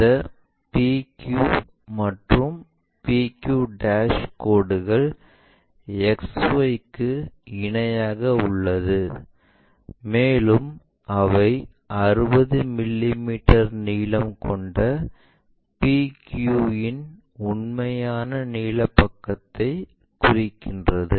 இந்த p q மற்றும் p q கோடுகள் XY க்கு இணையாக உள்ளது மேலும் அவை 60 மிமீ நீளம் கொண்ட p q இன் உண்மையான நீள பக்கத்தைக் குறிக்கின்றன